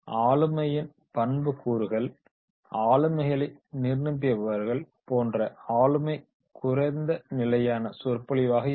ஆளுமையின் பண்புக்கூறுகள் ஆளுமைகளை நிர்ணயிப்பவர்கள் போன்ற ஆளுமைக் குற்த்த நிலையான சொற்பொழிவாக இருக்கும்